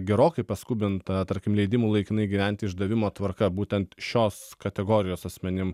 gerokai paskubinta tarkim leidimų laikinai gyventi išdavimo tvarka būtent šios kategorijos asmenim